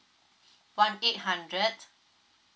one eight hundred